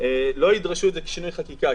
ולא ידרשו שינוי חקיקה.